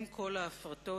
אם כל ההפרטות,